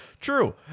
True